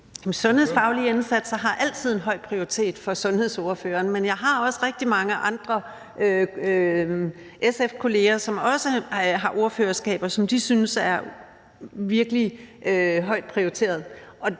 Sundhedsfaglige indsatser har altid en høj prioritet for sundhedsordføreren, men jeg har også rigtig mange andre SF-kolleger, som også har ordførerskaber, som de synes er virkelig højt prioriteret,